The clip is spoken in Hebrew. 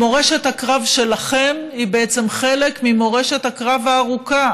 מורשת הקרב שלכם היא בעצם חלק ממורשת הקרב הארוכה